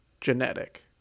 genetic